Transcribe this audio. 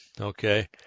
Okay